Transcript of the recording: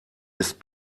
ist